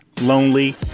lonely